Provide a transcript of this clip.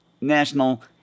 National